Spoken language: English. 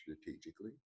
strategically